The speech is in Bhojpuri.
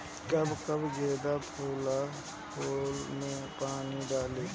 कब कब गेंदा फुल में पानी डाली?